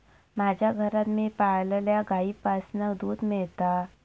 माज्या घरात मी पाळलल्या गाईंपासना दूध मेळता